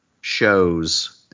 shows –